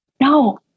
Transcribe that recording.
no